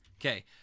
Okay